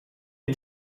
est